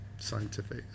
scientific